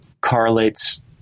correlates